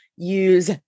use